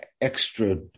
extra